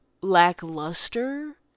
lackluster